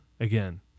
again